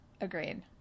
Agreed